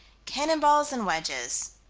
cannon balls and wedges,